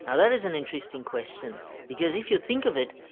and that is an interesting question because if you think of it,